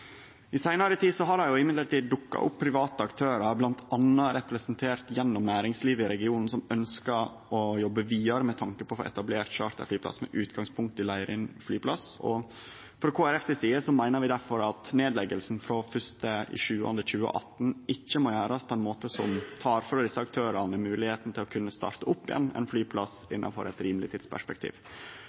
I seinare tid har det likevel dukka opp private aktørar, bl.a. representert ved næringslivet i regionen, som ønskjer å jobbe vidare med tanke på å få etablert charterflyplass med utgangspunkt i Leirin flyplass. Frå Kristeleg Folkeparti si side meiner vi difor at nedlegging frå 1. juli 2018 ikkje må gjerast på ein måte som tek frå desse aktørane mogelegheita til å starte opp ein flyplass innanfor eit rimeleg tidsperspektiv.